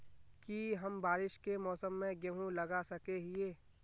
की हम बारिश के मौसम में गेंहू लगा सके हिए?